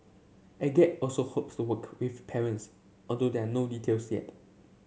Agape also hopes to work with parents although there are no details yet